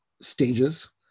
stages